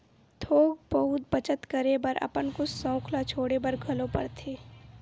थोक बहुत बचत करे बर अपन कुछ सउख ल छोड़े बर घलोक परथे